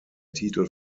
titel